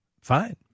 Fine